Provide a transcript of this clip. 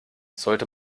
sollte